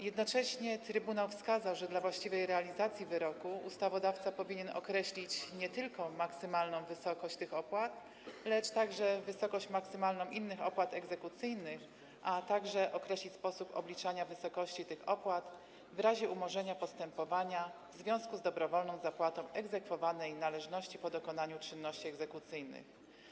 Jednocześnie trybunał wskazał, że dla właściwej realizacji wyroku ustawodawca powinien określić maksymalną wysokość nie tylko tych opłat, lecz także innych opłat egzekucyjnych, a także określić sposób obliczania wysokości tych opłat w razie umorzenia postępowania w związku z dobrowolną zapłatą egzekwowanej należności po dokonaniu czynności egzekucyjnych.